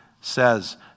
says